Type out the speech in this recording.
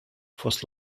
fost